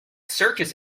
circus